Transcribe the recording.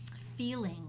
feeling